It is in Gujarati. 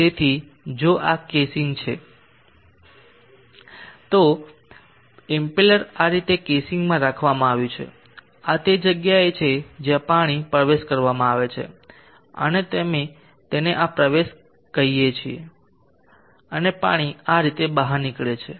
તેથી જો આ કેસિંગ છે તો ઇમ્પેલર આ રીતે કેસિંગમાં રાખવામાં આવ્યું છે આ તે જ જગ્યાએ છે જ્યાં પાણી પ્રવેશ કરવામાં આવે છે અને અમે તેને આ પ્રવેશ હીએ છીએ અને પાણી આ રીતે બહાર નીકળે છે